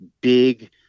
big